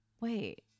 wait